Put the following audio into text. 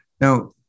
Now